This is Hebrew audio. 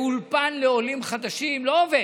באולפן לעולים חדשים, לא עובד,